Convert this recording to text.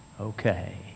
Okay